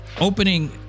opening